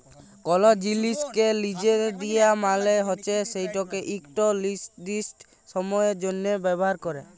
call জিলিসকে লিজে দিয়া মালে হছে সেটকে ইকট লিরদিস্ট সময়ের জ্যনহে ব্যাভার ক্যরা